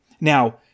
Now